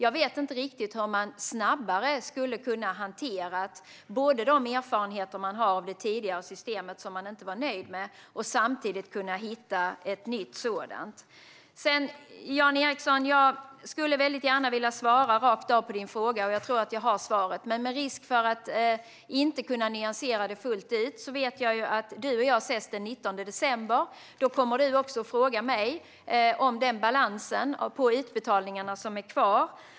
Jag vet inte riktigt hur man skulle ha kunnat hantera de erfarenheter man har av det tidigare systemet som man inte var nöjd med och samtidigt hitta ett nytt system på ett snabbare sätt. Jan Ericson! Jag skulle gärna vilja svara rakt av på din fråga, och jag tror att jag har svaret. Men det finns risk för att jag inte kan nyansera det fullt ut. Jag vet att vi kommer att ses den 19 december. Då kommer du också att fråga mig om balansen på utbetalningarna som är kvar.